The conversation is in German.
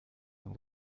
ein